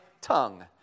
tongue